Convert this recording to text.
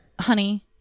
honey